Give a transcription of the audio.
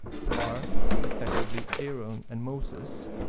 who are, ah respectively, aaron and moses,